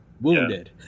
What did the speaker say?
wounded